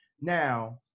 Now